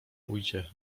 ujdzie